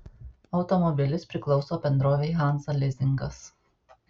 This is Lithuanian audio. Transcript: automobilis priklauso bendrovei hanza lizingas